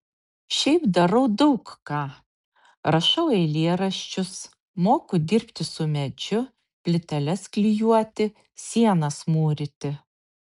šiaip darau daug ką rašau eilėraščius moku dirbti su medžiu plyteles klijuoti sienas mūryti